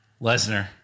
Lesnar